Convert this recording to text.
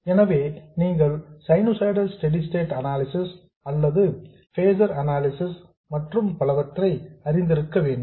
எனவே நீங்கள் sinusoidal steady state analysis அல்லது பேசர் அனாலிசிஸ் மற்றும் பலவற்றை அறிந்திருக்க வேண்டும்